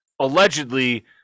allegedly